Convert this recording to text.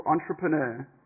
entrepreneur